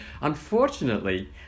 Unfortunately